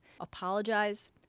Apologize